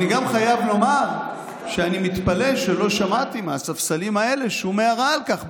אני גם חייב לומר שאני מתפלא שלא שמעתי מהספסלים האלה שום הערה על כך,